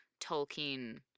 Tolkien